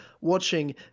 watching